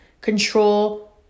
control